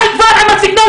די כבר עם הסגנון שלך.